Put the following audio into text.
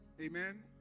Amen